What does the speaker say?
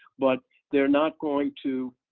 but they're not going to